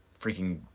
freaking